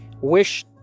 wish